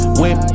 whip